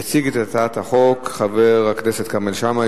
יציג את הצעת החוק חבר הכנסת כרמל שאמה,